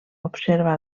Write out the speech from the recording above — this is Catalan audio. observa